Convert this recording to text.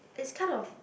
it's kind of